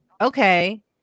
Okay